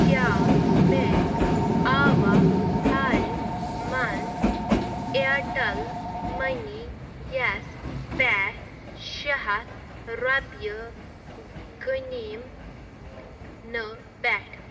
کیٛاہ مےٚ آوا حالہِ منٛز اِیَرٹیٚل مٔنی یَس پٮ۪ٹھ شیٚے ہَتھ رۄپیہِ غٔنیٖم نہٕ پٮ۪ٹھ؟